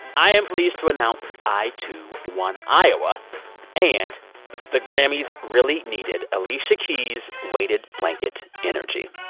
i am pleased to announce that i, too, won iowa and the grammys really needed alicia keys' weighted blanket energy.